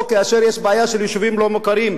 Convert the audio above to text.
או כאשר יש בעיה של יישובים לא-מוכרים,